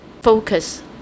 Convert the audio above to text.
focus